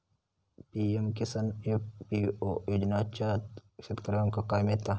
PM Kisan FPO योजनाच्यात शेतकऱ्यांका काय मिळता?